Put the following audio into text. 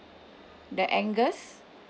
the angus